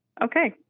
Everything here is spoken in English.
Okay